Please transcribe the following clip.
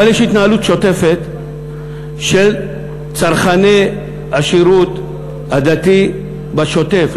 אבל יש התנהלות שוטפת של צרכני השירות הדתי בשוטף.